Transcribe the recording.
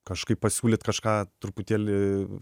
kažkaip pasiūlyt kažką truputėlį